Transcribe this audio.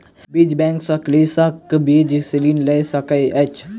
बीज बैंक सॅ कृषक बीज ऋण लय सकैत अछि